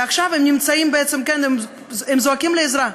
ועכשיו הם זועקים לעזרה.